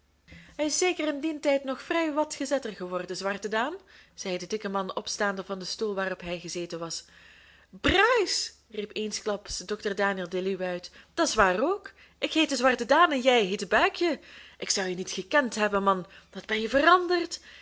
hij is zeker in dien tijd nog vrij wat gezetter geworden zwarte daan zei de dikke man opstaande van den stoel waarop hij gezeten was bruis riep eensklaps dr daniel deluw uit dat's waar ook ik heette zwarte daan en jij heette buikje ik zou je niet gekend hebben man wat benje veranderd